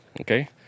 okay